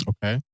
Okay